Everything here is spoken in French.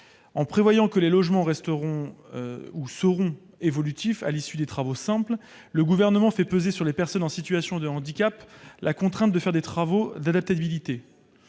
En prévoyant que les logements seront « évolutifs » à l'issue de « travaux simples », le Gouvernement fait peser sur les personnes en situation de handicap la contrainte d'engager des travaux d'adaptabilité.